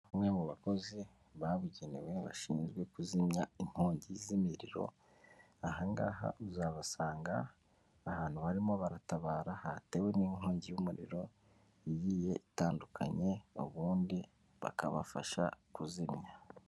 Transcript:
Bamwe mu bakozi babugenewe bashinzwe kuzimya inkongi z'imiriro ahangaha uzabasanga ahantu barimo baratabara hatewe n'inkongi y'umuriro igiye itandukanye ubundi bakabafasha kuzimya.